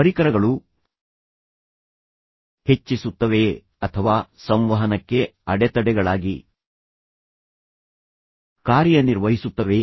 ಪರಿಕರಗಳು ಹೆಚ್ಚಿಸುತ್ತವೆಯೇ ಅಥವಾ ಸಂವಹನಕ್ಕೆ ಅಡೆತಡೆಗಳಾಗಿ ಕಾರ್ಯನಿರ್ವಹಿಸುತ್ತವೆಯೇ